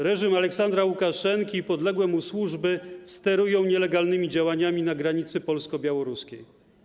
Reżim Aleksandra Łukaszenki i podległe mu służby sterują nielegalnymi działaniami na granicy polsko-białoruskiej.